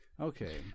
Okay